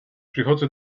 przychodzę